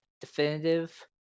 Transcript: definitive